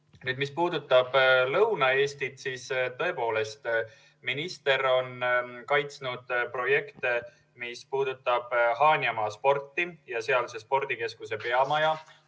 Mis puudutab Lõuna-Eestit, siis tõepoolest, minister on kaitsnud projekte, mis puudutavad Haanjamaa Sporti ja sealse spordikeskuse peamaja